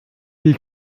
dich